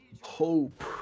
Hope